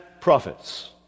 prophets